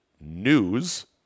News